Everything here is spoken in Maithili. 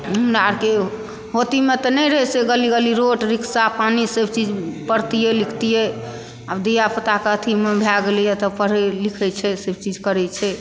हमरा आर के होती मे तऽ नहि रहै से गली गली रोड रिक्सा पानी सबह चीज पढ़तियै लिखतियै आब धिया पुताके अथि मे भए गेलियै तऽ तभ पढ़ै छै लिखै छै सभचीज करै छै